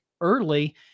early